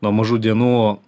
nuo mažų dienų